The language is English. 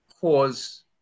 cause